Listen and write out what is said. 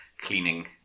cleaning